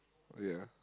ya